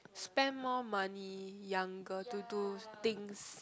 spend more money younger to do things